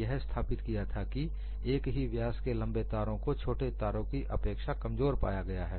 यह स्थापित किया था कि एक ही व्यास के लंबे तारों को छोटे तारों की अपेक्षा कमजोर पाया गया है